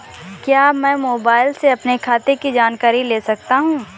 क्या मैं मोबाइल से अपने खाते की जानकारी ले सकता हूँ?